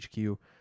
HQ